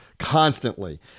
constantly